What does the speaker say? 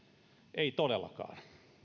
ei todellakaan